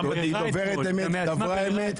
היא דוברת אמת, היא דיברה אמת.